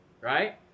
right